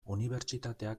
unibertsitateak